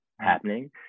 happening